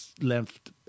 left